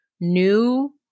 new